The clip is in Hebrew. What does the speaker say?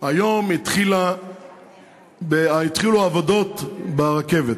היום התחילו העבודות ברכבת.